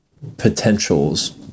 potentials